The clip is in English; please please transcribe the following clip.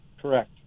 Correct